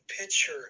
picture